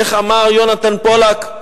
איך אמר יונתן פולק?